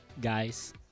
Guys